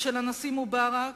של הנשיא מובארק,